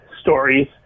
stories